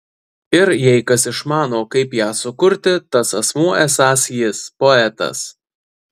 ir jei kas išmano kaip ją sukurti tas asmuo esąs jis poetas